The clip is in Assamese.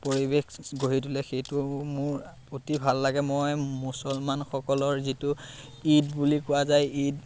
পৰিৱেশ গঢ়ি তোলে সেইটো মোৰ অতি ভাল লাগে মই মুছলমানসকলৰ যিটো ঈদ বুলি কোৱা যায় ঈদ